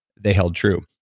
they held true.